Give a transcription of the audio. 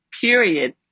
period